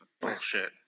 bullshit